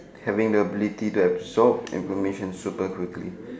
having the ability to absorb information super quickly